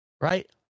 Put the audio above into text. right